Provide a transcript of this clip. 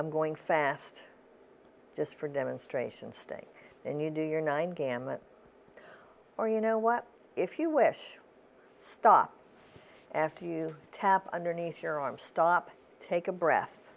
i'm going fast just for demonstration sting and you do your nine gamut or you know what if you wish stop after you tap underneath your arm stop take a breath